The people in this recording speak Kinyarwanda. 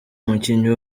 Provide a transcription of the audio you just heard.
umukinnyi